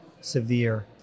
severe